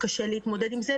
קשה להתמודד עם זה,